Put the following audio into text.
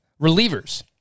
relievers